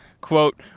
Quote